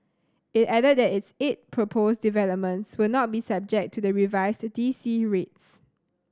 it added that its eight proposed developments will not be subject to the revised D C rates